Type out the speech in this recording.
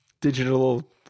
digital